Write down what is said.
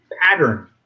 pattern